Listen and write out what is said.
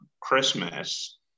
Christmas